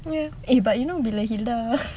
ya eh but you know bila hilda